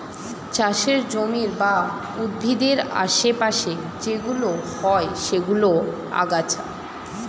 চাষের জমির বা উদ্ভিদের আশে পাশে যেইগুলো হয় সেইগুলো আগাছা